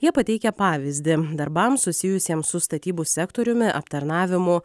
jie pateikia pavyzdį darbams susijusiems su statybų sektoriumi aptarnavimu